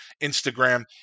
instagram